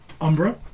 Umbra